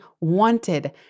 wanted